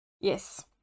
Yes